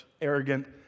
arrogant